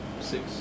Six